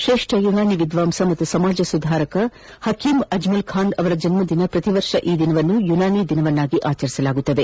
ಶ್ರೇಷ್ಠ ಯುನಾನಿ ವಿದ್ವಾಂಸ ಮತ್ತು ಸಮಾಜ ಸುಧಾರಣ ಹಕಿಮ್ ಅಜ್ಮಲ್ ಖಾನ್ ಅವರ ಜನ್ಮ ದಿನ ಪ್ರತಿ ವರ್ಷ ಈ ದಿನವನ್ನು ಯುನಾನಿ ದಿನವನ್ನಾಗಿ ಆಚರಿಸಲಾಗುತ್ತದೆ